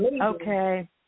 Okay